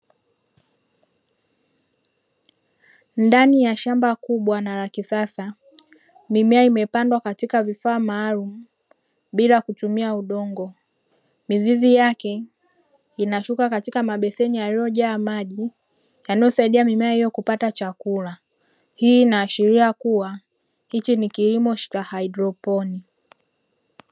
Ndani ya shamba kubwa na la kisasa, mimea imepandwa katika vifaa maalum bila kutumia udongo. Mizizi yake inashuka katika mabeseni yaliyojaa maji yanayosaidia mimea hiyo kupata chakula. Hii inahashiria kuwa hichi ni kilimo cha haidroponi.